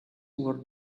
were